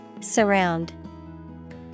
Surround